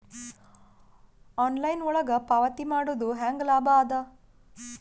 Online ಒಳಗ ಪಾವತಿ ಮಾಡುದು ಹ್ಯಾಂಗ ಲಾಭ ಆದ?